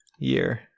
Year